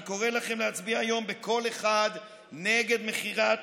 אני קורא לכם להצביע היום בקול אחד נגד מכירת